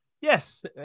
yes